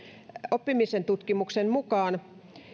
oppimisen tutkimuksen mukaan